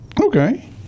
okay